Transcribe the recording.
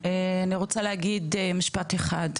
אני רוצה להגיד משפט אחד: